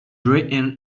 written